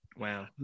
Wow